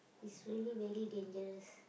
is really very dangerous